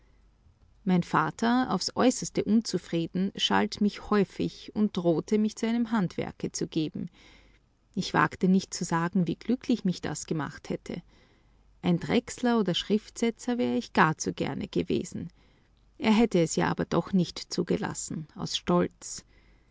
mein vater aufs äußerste unzufrieden schalt mich häufig und drohte mich zu einem handwerke zu geben ich wagte nicht zu sagen wie glücklich mich das gemacht hätte ein drechsler oder schriftsetzer wäre ich gar zu gerne gewesen er hätte es ja aber doch nicht zugelassen aus stolz